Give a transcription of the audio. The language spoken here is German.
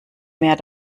mehr